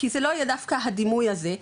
כי זה לא יהיה דווקא הדימוי הזה,